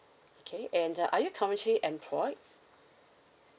K and uh are you currently employed